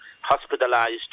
hospitalized